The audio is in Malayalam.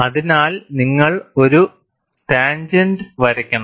അതിനാൽ നിങ്ങൾ ഒരു ടാൻജെന്റ് വരയ്ക്കണം